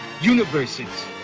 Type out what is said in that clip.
universes